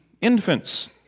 infants